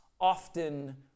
often